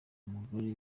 umugore